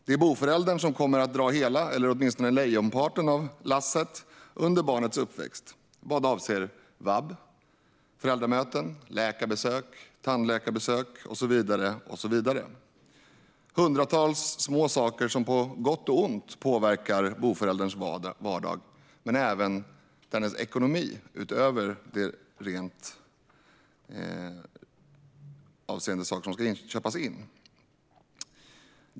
Det är boföräldern som kommer att dra hela eller åtminstone lejonparten av lasset under barnets uppväxt vad avser vab, föräldramöten, läkarbesök, tandläkarbesök och så vidare. Det är hundratals små saker som på gott och ont påverkar boförälderns vardag men även dennes ekonomi avseende saker som ska köpas in.